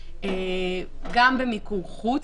גם במיקור חוץ,